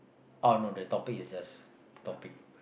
oh no that topic is just a topic